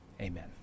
Amen